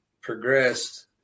progressed –